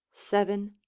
seven,